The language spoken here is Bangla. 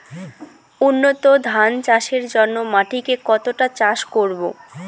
উন্নত ধান চাষের জন্য মাটিকে কতটা চাষ করব?